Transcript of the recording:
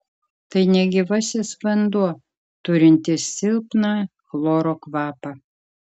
tai negyvasis vanduo turintis silpną chloro kvapą